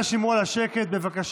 חברי הכנסת, אנא, שמרו על השקט, בבקשה.